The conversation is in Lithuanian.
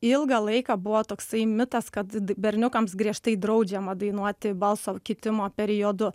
ilgą laiką buvo toksai mitas kad berniukams griežtai draudžiama dainuoti balso kitimo periodu